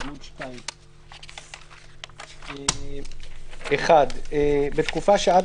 "הוספת פרק א'1 לחלק י' הוראת שעה 1. בתקופה שעד